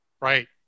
Right